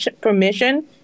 permission